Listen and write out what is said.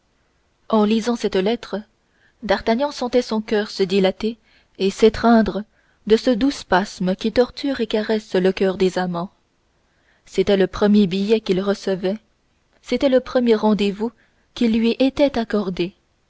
en lisant cette lettre d'artagnan sentait son coeur se dilater et s'étreindre de ce doux spasme qui torture et caresse le coeur des amants c'était le premier billet qu'il recevait c'était le premier rendez-vous qui lui était accordé